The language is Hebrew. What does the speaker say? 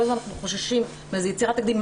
כל הזמן חוששים מאיזה יצירת תקדים.